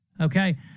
Okay